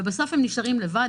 ובסוף הם נשארים לבד.